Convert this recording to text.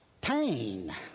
pain